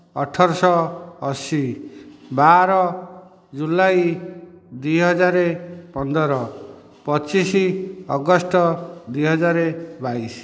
ଅଠରଶହ ଅଶୀ ବାର ଜୁଲାଇ ଦୁଇହଜାର ପନ୍ଦର ପଚିଶ ଅଗଷ୍ଟ ଦୁଇହଜାର ବାଇଶ